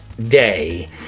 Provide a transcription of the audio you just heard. day